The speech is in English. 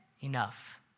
enough